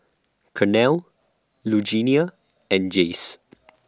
Carnell Lugenia and Jace